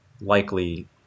likely